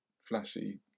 flashy